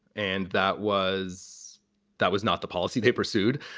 and that was that was not the policy they pursued.